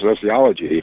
sociology